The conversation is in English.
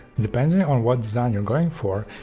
depending on what design you're going for,